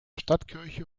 stadtkirche